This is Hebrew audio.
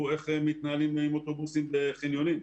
איך מתנהלים עם אוטובוסים בחניונים.